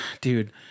dude